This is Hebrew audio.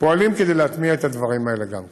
פועלים כדי להטמיע את הדברים האלה גם כן.